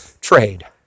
trade